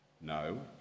No